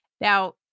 Now